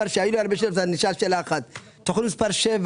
תוכנית 7,